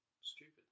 stupid